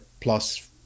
plus